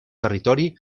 territori